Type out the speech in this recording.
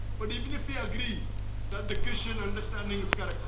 but even if we ah agree that the christian understanding is correct